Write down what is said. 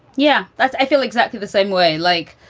yeah, that's i feel exactly the same way. like,